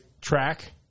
track